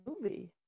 movie